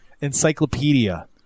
Encyclopedia